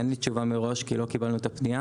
אין לי תשובה מראש כי לא קיבלנו את הפנייה